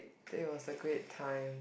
it was a great time